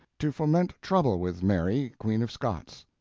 to foment trouble with mary, queen of scots.